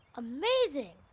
amazing.